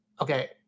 okay